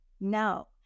no